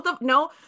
no